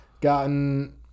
gotten